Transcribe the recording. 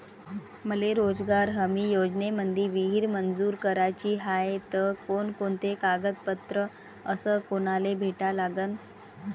मले रोजगार हमी योजनेमंदी विहीर मंजूर कराची हाये त कोनकोनते कागदपत्र अस कोनाले भेटा लागन?